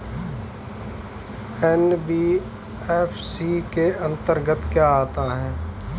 NBFC के अंतर्गत क्या आता है?